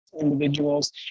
individuals